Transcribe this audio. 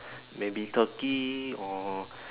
maybe turkey or